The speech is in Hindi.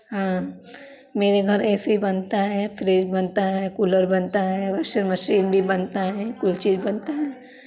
और मेरे घर ए सी बनता है फ्रिज बनता है कूलर बनता है वाशिंग मशीन भी बनता है कुल चीज़ बनता है